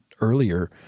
earlier